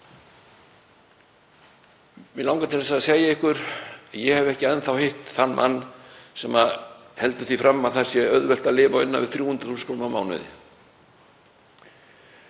Mig langar til að segja ykkur að ég hef ekki enn þá hitt þann mann sem heldur því fram að það sé auðvelt að lifa á innan við 300.000 kr. á mánuði.